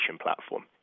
platform